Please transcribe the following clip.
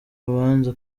rubanza